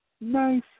nice